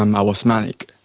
um i was manic.